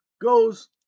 goes